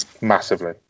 Massively